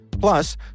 Plus